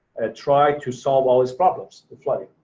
try to solve all it's problems with flooding.